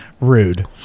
Rude